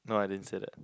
no I didn't say that